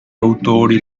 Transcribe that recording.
autori